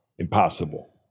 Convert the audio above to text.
Impossible